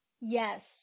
Yes